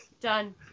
done